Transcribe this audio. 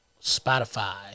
Spotify